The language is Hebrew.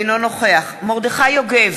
אינו נוכח מרדכי יוגב,